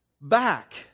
back